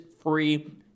free